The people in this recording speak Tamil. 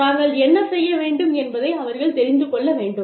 தாங்கள் என்ன செய்ய வேண்டும் என்பதை அவர்கள் தெரிந்து கொள்ள வேண்டும்